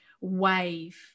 wave